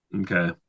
Okay